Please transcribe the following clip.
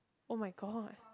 oh-my-god